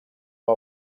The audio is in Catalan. com